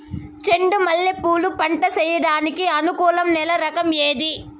చెండు మల్లె పూలు పంట సేయడానికి అనుకూలం నేల రకం ఏది